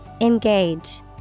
Engage